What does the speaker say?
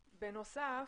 בנוסף,